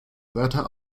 wörter